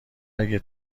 اگه